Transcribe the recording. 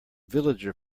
villager